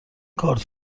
کارت